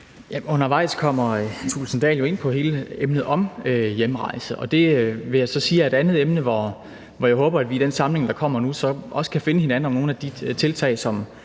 Undervejs kommer Thulesen Dahl jo ind på hele emnet hjemrejse, og det vil jeg så sige er et emne, hvor jeg håber, at vi i den samling, der kommer nu, også kan finde hinanden i forbindelse med nogle af de tiltag,